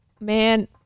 Man